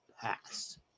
pass